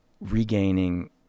regaining